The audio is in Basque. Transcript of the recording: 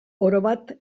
orobat